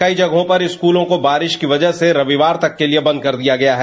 कई जगहों पर स्कूलों को बारिश की वजह से रविवार तक के लिये बन्द कर दिया गया है